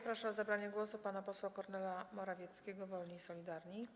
Proszę o zabranie głosu pana posła Kornela Morawieckiego, Wolni i Solidarni.